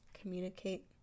communicate